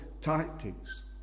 tactics